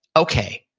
okay.